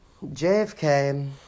JFK